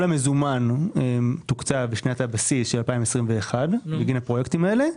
המזומן תוקצב בשנת הבסיס של 2021 בגין הפרויקטים האלה,